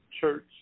church